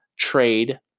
Trade